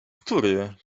który